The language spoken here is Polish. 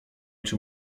czy